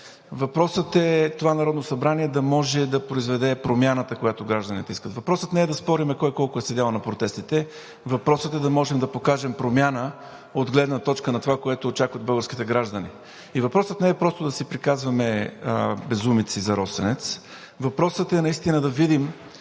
Въпросът е това Народно събрание да може да произведе промяната, която гражданите искат. Въпросът не е да спорим кой колко е седял на протестите, а да можем да покажем промяна, от гледна точка на това, което очакват българските граждани. Въпросът не е просто да си приказваме безумици за Росенец, а въпросът е наистина да видим,